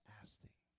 asking